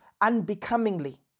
unbecomingly